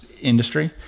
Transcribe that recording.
industry